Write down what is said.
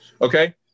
Okay